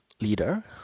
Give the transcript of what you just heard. leader